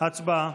בבקשה, הצבעה.